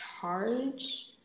charge